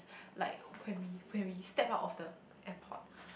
like when we when we step out of the airport